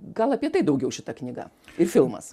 gal apie tai daugiau šita knyga ir filmas